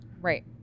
right